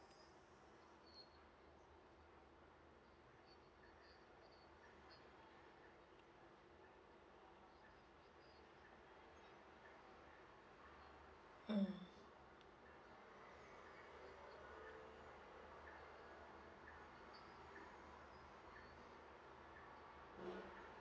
mm